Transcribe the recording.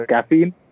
Caffeine